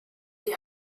die